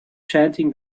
chanting